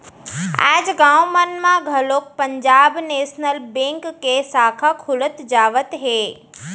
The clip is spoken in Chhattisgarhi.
आज गाँव मन म घलोक पंजाब नेसनल बेंक के साखा खुलत जावत हे